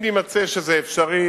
אם יימצא שזה אפשרי,